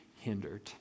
hindered